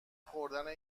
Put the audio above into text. خوردن